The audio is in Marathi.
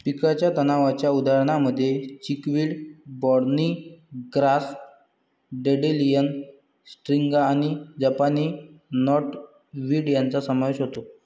पिकाच्या तणांच्या उदाहरणांमध्ये chickweed, barnyard grass, dandelion, striga आणि जपानी नॉटवीड यांचा समावेश होतो